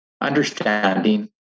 understanding